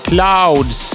Clouds